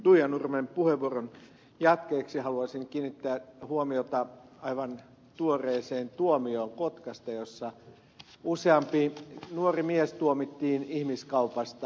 tuija nurmen puheenvuoron jatkeeksi haluaisin kiinnittää huomiota aivan tuoreeseen tuomioon kotkasta jossa useampi nuori mies tuomittiin ihmiskaupasta